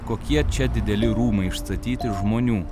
kokie čia dideli rūmai užstatyti žmonių